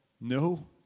no